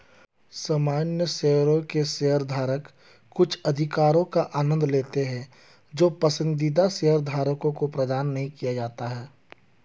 सामान्य शेयरों के शेयरधारक कुछ अधिकारों का आनंद लेते हैं जो पसंदीदा शेयरधारकों को प्रदान नहीं किए जाते हैं